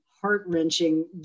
heart-wrenching